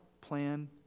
plan